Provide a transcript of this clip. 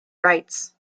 writes